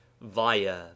via